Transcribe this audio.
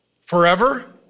forever